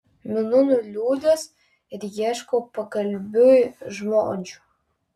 minu nuliūdęs ir ieškau pokalbiui žodžių